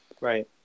Right